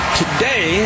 today